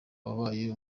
wabaye